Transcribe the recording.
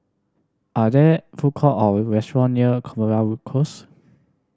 are there food court or restaurant near Close